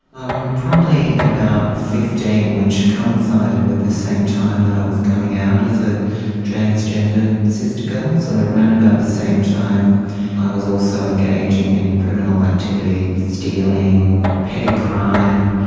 um probably about fifteen, which coincided with the same time that i was coming out as a transgender sistergirl, so around about the same time i was also engaging in criminal activity, stealing, petty crime,